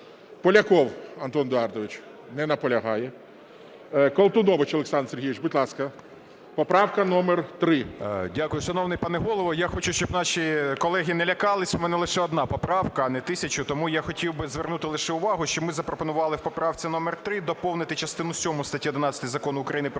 Поляков Антон Едуардович. Не наполягає. Колтунович Олександр Сергійович, будь ласка. Поправка номер 3. 13:48:55 КОЛТУНОВИЧ О.С. Дякую, пане голово. Я хочу, щоб наші колеги не лякалися, у мене лише одна поправка, а не тисяча. Тому я хотів би звернути лише увагу, що ми запропонували в поправці номер 3 доповнити частину сьому статті 11 Закону України "Про